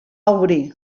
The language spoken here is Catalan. obrir